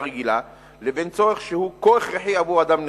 רגילה לבין צורך שהוא כה הכרחי עבור אדם נכה,